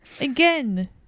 Again